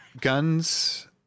guns